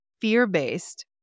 fear-based